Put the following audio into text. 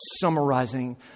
summarizing